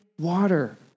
water